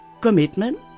commitment